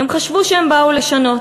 הם חשבו שהם באו לשנות,